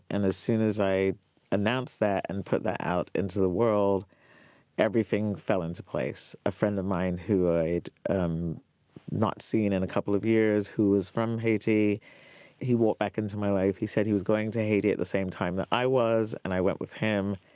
and as soon as i announced that and put that out into the world everything fell into place. a friend of mine who i had um not seen in a couple of years and who was from haiti walked back into my life. he said he was going to haiti at the same time that i was, and i went with him,